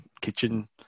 kitchen